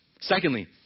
Secondly